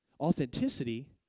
authenticity